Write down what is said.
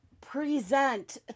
present